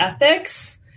ethics